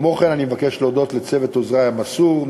כמו כן אני מבקש להודות לצוות עוזרי המסור,